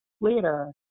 later